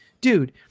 dude